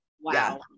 Wow